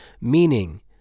Meaning